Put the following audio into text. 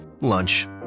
Lunch